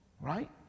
right